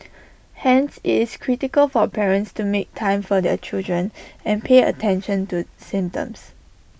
hence it's critical for parents to make time for their children and pay attention to symptoms